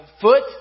foot